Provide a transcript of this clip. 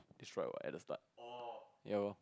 destroyed what at the start ya lor